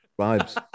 Vibes